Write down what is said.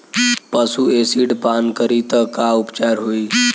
पशु एसिड पान करी त का उपचार होई?